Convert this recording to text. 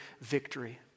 victory